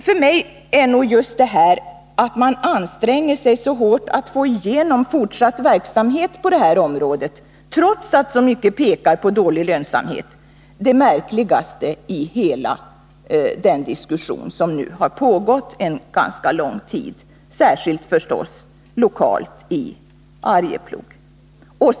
För mig är just detta att man anstränger sig så hårt för att få igenom fortsatt verksamhet på det här området, trots att så mycket pekar på dålig lönsamhet, det märkligaste i hela den diskussion som nu har pågått en ganska lång tid, speciellt förstås lokalt i Arjeplog.